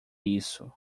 isso